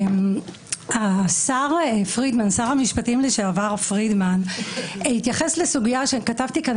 שר המשפטים לשעבר פרידמן התייחס לסוגיה שכתבתי כאן.